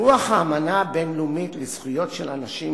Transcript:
ברוח האמנה הבין-לאומית לזכויות של אנשים עם